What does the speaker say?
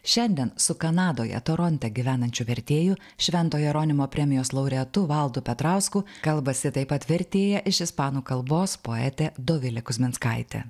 šiandien su kanadoje toronte gyvenančiu vertėju švento jeronimo premijos laureatu valdu petrausku kalbasi taip pat vertėja iš ispanų kalbos poetė dovilė kuzminskaitė